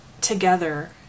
together